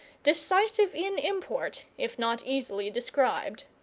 decisive in import if not easily described.